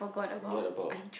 what about